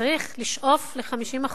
צריך לשאוף ל-50%,